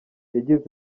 yagize